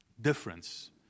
difference